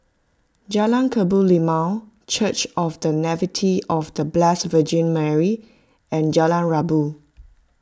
Jalan Kebun Limau Church of the Nativity of the Blessed Virgin Mary and Jalan Rabu